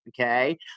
Okay